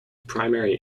primary